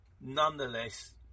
Nonetheless